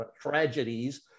tragedies